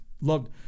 loved